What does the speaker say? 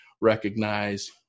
recognize